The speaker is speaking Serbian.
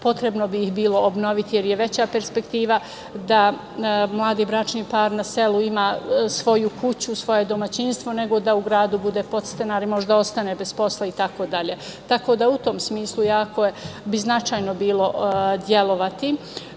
potrebno bi ih bilo obnoviti, jer je veća perspektiva da mladi bračni par na selu ima svoju kuću, svoje domaćinstvo nego da u gradu bude podstanar, možda ostane bez posla i tako dalje. Tako da, u tom smislu jako bi značajno bilo delovati. Ja